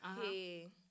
hey